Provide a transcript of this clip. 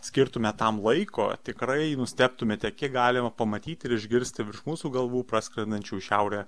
skirtume tam laiko tikrai nustebtumėte kiek galima pamatyti ir išgirsti virš mūsų galvų praskrendančių į šiaurę